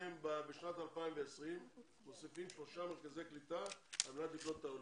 שאתם בשנת 2020 מוסיפים שלושה מרכזי קליטה על מנת לקלוט את העולים.